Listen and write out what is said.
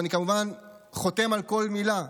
ואני כמובן חותם על כל מילה,